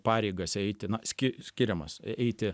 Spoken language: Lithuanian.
pareigas eiti na ski skiriamas eiti